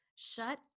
Shut